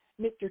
mr